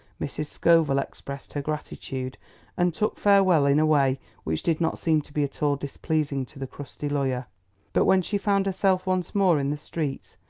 mrs. scoville expressed her gratitude and took farewell in a way which did not seem to be at all displeasing to the crusty lawyer but when she found herself once more in the streets,